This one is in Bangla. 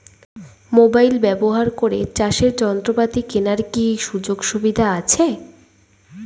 মোবাইল ব্যবহার করে চাষের যন্ত্রপাতি কেনার কি সুযোগ সুবিধা আছে?